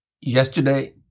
Yesterday